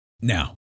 Now